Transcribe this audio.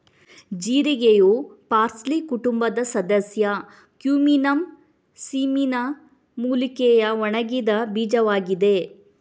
ಜೀರಿಗೆಯು parsley ಕುಟುಂಬದ ಸದಸ್ಯ cuminum cyminum ಮೂಲಿಕೆಯ ಒಣಗಿದ ಬೀಜವಾಗಿದೆ